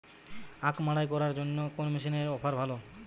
আখ মাড়াই করার জন্য কোন মেশিনের অফার ভালো?